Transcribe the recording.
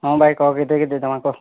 ହଁ ଭାଇ କହ କେତେ କେତେ ଟଙ୍କା କହ